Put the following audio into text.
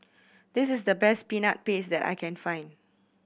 this is the best Peanut Paste that I can find